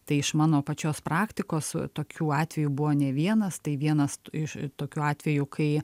tai iš mano pačios praktikos tokių atvejų buvo ne vienas tai vienas iš tokių atvejų kai